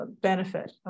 benefit